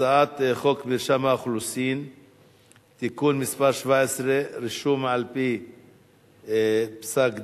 הצעת חוק מרשם האוכלוסין (תיקון מס' 17) (רישום על-פי פסק דין),